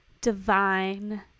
divine